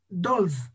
dolls